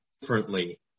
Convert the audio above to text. differently